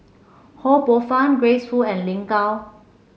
Ho Poh Fun Grace Fu and Lin Gao